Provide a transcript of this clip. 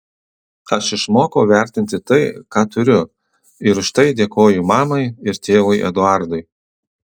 aš išmokau vertinti tai ką turiu ir už tai dėkoju mamai ir tėvui eduardui